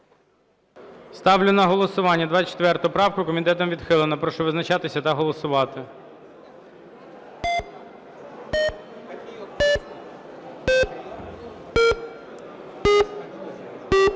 Ставлю на голосування 22 правку. Комітетом не підтримана. Прошу визначатися та голосувати.